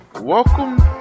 welcome